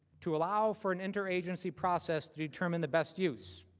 to allow for an interagency process to determine the best use.